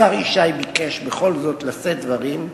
השר ישי ביקש בכל זאת לשאת דברים,